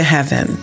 Heaven